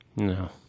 No